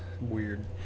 weird